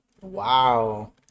Wow